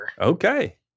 Okay